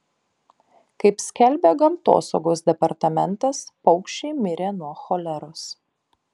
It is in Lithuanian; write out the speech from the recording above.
kaip skelbia gamtosaugos departamentas paukščiai mirė nuo choleros